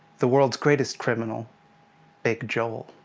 the world's greatest criminal big joel.